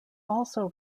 also